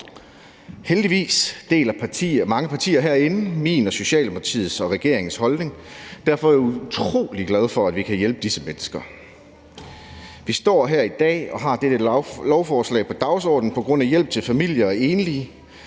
Heldigvis deler mange partier herinde min, Socialdemokratiets og regeringens holdning. Derfor er jeg utrolig glad for, at vi kan hjælpe disse mennesker. Vi står her i dag og har dette lovforslag på dagsordenen for at hjælpe familier og enlige.